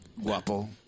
guapo